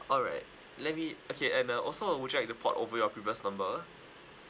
alright let me okay and uh also would you like to port over your previous number